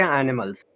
animals